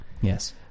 yes